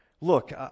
Look